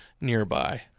nearby